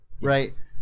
Right